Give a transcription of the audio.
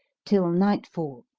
till nightfall,